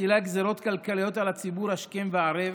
שמטילה גזרות כלכליות על הציבור השכם והערב,